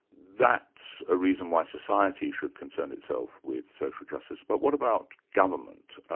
that's a reason why society should concern itself with social justice, but what about government?